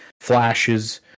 flashes